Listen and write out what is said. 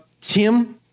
Tim